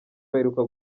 baheruka